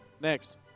Next